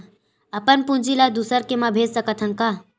अपन पूंजी ला दुसर के मा भेज सकत हन का?